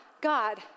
god